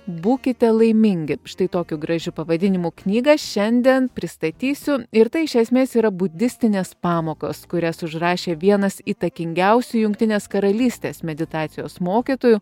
būkite laimingi štai tokiu gražiu pavadinimu knygą šiandien pristatysiu ir tai iš esmės yra budistinės pamokos kurias užrašė vienas įtakingiausių jungtinės karalystės meditacijos mokytojų